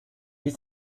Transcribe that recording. you